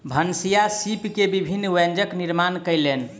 भनसिया सीप के विभिन्न व्यंजनक निर्माण कयलैन